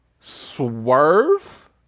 swerve